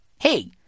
Hey